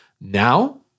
Now